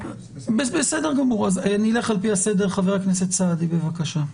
נלך על פי הסגר, חבר הכנסת סעדי, בבקשה.